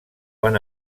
van